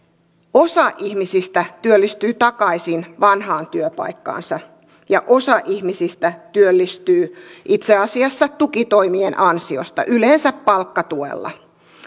osa ihmisistä työllistyy takaisin vanhaan työpaikkaansa ja osa ihmisistä työllistyy itse asiassa tukitoimien ansiosta yleensä palkkatuella